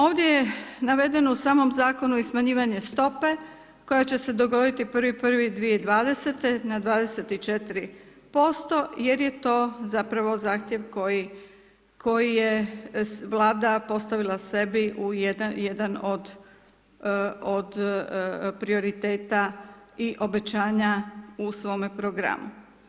Ovdje je navedeno u samom Zakonu i smanjivanje stope koja će se dogoditi 1.1.2020., na 24%, jer je to zapravo Zahtjev koji je Vlada postavila sebi, u jedan od prioriteta i obećanja u svome programu.